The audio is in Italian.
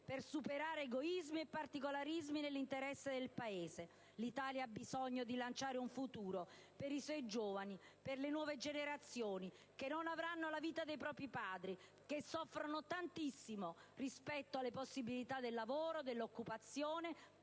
per superare egoismi e particolarismi nell'interesse del Paese. L'Italia ha bisogno di guardare al futuro per i suoi giovani, per le nuove generazioni che non avranno la vita dei propri padri e che soffrono tantissimo per il problema del lavoro, dell'occupazione,